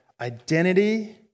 identity